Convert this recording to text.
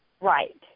right